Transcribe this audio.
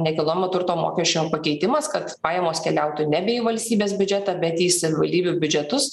nekilnojamo turto mokesčio pakeitimas kad pajamos keliautų nebe į valstybės biudžetą bet į savivaldybių biudžetus